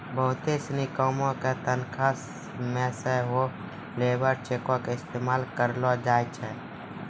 बहुते सिनी कामो के तनखा मे सेहो लेबर चेको के इस्तेमाल करलो जाय छै